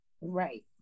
Right